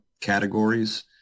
categories